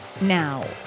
Now